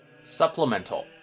Supplemental